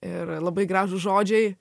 ir labai gražūs žodžiai